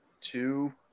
two